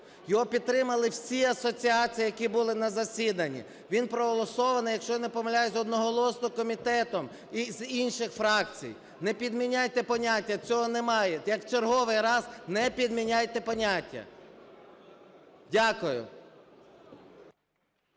його підтримали всі асоціації, які були на засіданні, він проголосований, якщо я не помиляюсь, одноголосно комітетом, і з інших фракцій. Не підміняйте поняття, цього немає, як в черговий раз, не підміняйте поняття. Дякую.